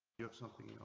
you have something.